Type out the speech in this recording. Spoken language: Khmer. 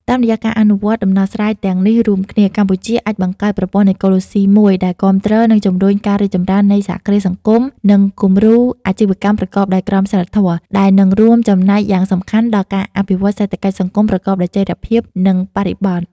តាមរយៈការអនុវត្តដំណោះស្រាយទាំងនេះរួមគ្នា កម្ពុជាអាចបង្កើតប្រព័ន្ធអេកូឡូស៊ីមួយដែលគាំទ្រ និងជំរុញការរីកចម្រើននៃសហគ្រាសសង្គម និងគំរូអាជីវកម្មប្រកបដោយក្រមសីលធម៌ ដែលនឹងរួមចំណែកយ៉ាងសំខាន់ដល់ការអភិវឌ្ឍសេដ្ឋកិច្ចសង្គមប្រកបដោយចីរភាព និងបរិយាបន្ន ។